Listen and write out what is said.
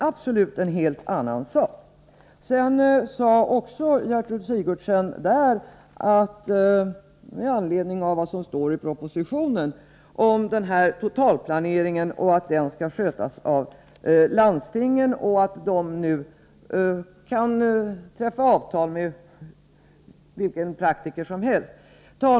Gertrud Sigurdsen sade också, med anledning av vad som står i propositionen, att totalplaneringen skall skötas av landstingen och att de nu kan träffa avtal med vilken praktiker som helst.